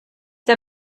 der